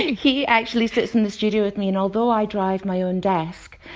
he actually sits in the studio with me and although i drive my own desk,